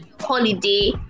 holiday